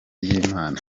ry’imana